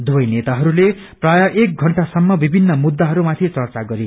दुवै नेताहरूले प्रायः एक घण्टासम्म विभिन्न मुद्धाहरूमाथि च्च्या गरे